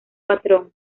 patrón